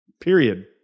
Period